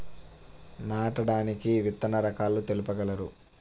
నాటడానికి విత్తన రకాలు తెలుపగలరు?